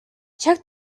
check